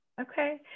okay